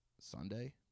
Sunday